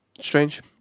strange